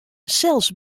sels